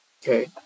Okay